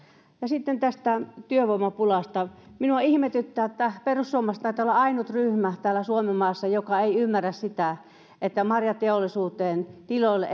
sitten tästä työvoimapulasta minua ihmetyttää kun perussuomalaiset taitaa olla suomenmaassa ainut ryhmä joka ei ymmärrä sitä että marjateollisuuteen tiloille